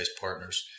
partners